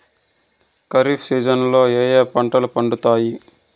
ఖరీఫ్ సీజన్లలో ఏ ఏ పంటలు పండుతాయి